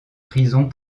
prisons